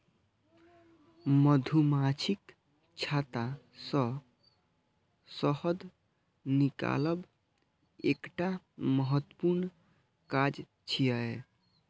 मधुमाछीक छत्ता सं शहद निकालब एकटा महत्वपूर्ण काज छियै